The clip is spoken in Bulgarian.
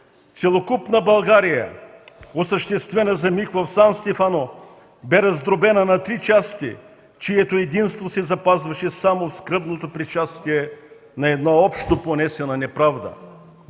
Целокупна България, осъществена за миг в Сан Стефано, бе раздробена на три части, чието единство си запазваше само скръбното причастие на една общо понесена неправда”.